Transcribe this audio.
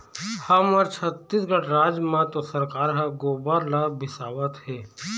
हमर छत्तीसगढ़ राज म तो सरकार ह गोबर ल बिसावत हे